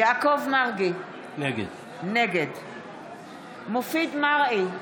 יעקב מרגי, נגד מופיד מרעי,